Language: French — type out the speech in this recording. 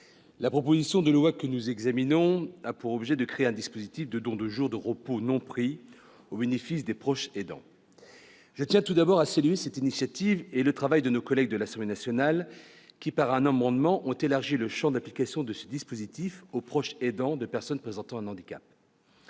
la proposition de loi que nous examinons aujourd'hui a pour objet de créer un dispositif de don de jours de repos non pris au bénéfice des proches aidants. Je tiens à saluer cette initiative et, plus largement, le travail de nos collègues de l'Assemblée nationale : par voie d'amendement, ils ont élargi le champ d'application de ce dispositif aux proches aidants de personnes présentant un handicap.